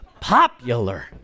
popular